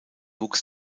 wuchs